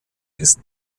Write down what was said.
ist